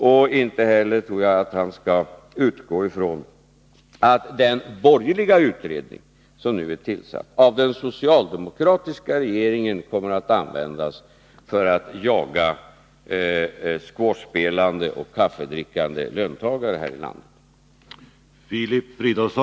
Och han skall inte utgå från att den borgerliga utredning som nu är tillsatt kommer att användas av den socialdemokratiska regeringen för att jaga squashspelande och kaffedrickande löntagare här i landet.